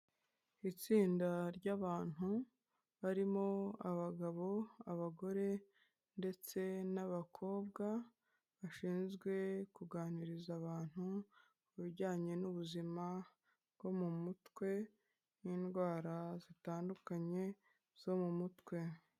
Itsinda ry'abantu barimo abagabo, abagore ndetse n'abakobwa bashinzwe kuganiriza abantu ku bijyanye n'ubuzima bwo mu mutwe, n'indwara zitandukanye zo mu mutwe.